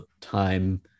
time